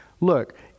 Look